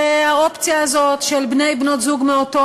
כשהאופציה הזאת של בני ובנות זוג מאותו